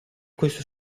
questo